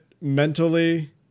mentally